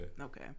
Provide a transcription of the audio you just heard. Okay